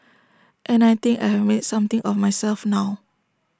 and I think I have made something of myself now